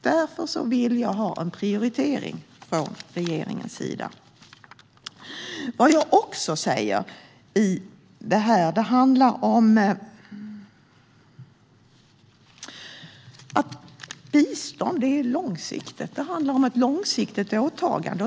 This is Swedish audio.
Därför vill jag ha en prioritering från regeringens sida. Bistånd handlar om ett långsiktigt åtagande.